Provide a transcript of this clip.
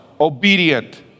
obedient